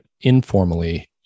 informally